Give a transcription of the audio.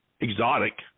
exotic